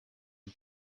and